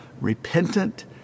repentant